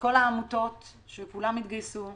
כל העמותות שכולן התגייסו,